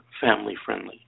family-friendly